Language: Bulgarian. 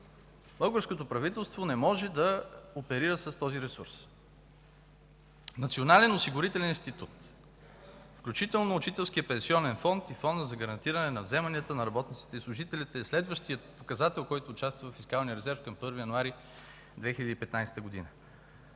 българското правителство не може да оперира с този ресурс. Националният осигурителен институт, включително Учителският пенсионен фонд и Фондът за гарантиране на вземанията на работниците и служителите, е следващият показател, който участва във фискалния резерв към 1 януари 2015 г.